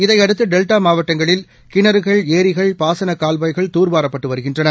இதையடுத்துடெல்டாமாவட்டங்களில்கிணறுகள் ஏரிகள் பாசனவாய்க்கால்கள் தூர்வாரப்பட்டுவருகின்றன